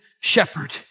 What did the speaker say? shepherd